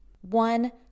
One